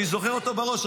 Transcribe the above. אני זוכר אותו בראש,